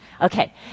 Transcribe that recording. Okay